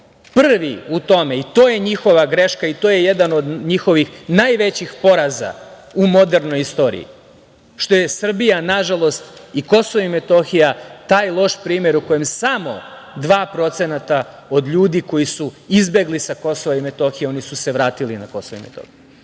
prvi u tome. To je njihova greška i to je jedan od njihovih najvećih poraza u modernoj istoriji, što je Srbija, nažalost, i Kosovo i Metohija taj loš primer o kojem samo 2% od ljudi koji su izbegli sa Kosova i Metohije, oni su se vratili na Kosovo i Metohiju. Nama